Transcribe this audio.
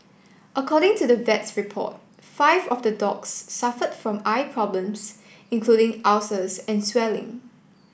according to the vet's report five of the dogs suffered from eye problems including ulcers and swelling